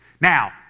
Now